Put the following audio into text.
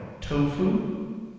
TOFU